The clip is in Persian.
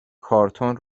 کارتن